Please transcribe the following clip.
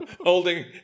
holding